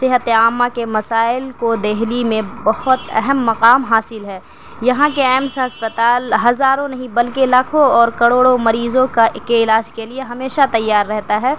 صحتِ عامّہ کے مسائل کو دہلی میں بہت اہم مقام حاصل ہے یہاں کے ایمس اسپتال ہزاروں نہیں بلکہ لاکھوں اور کروڑوں مریضوں کا کے علاج کے لیے ہمیشہ تیّار رہتا ہے